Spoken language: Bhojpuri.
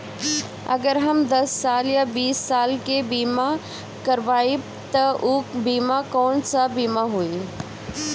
अगर हम दस साल या बिस साल के बिमा करबइम त ऊ बिमा कौन सा बिमा होई?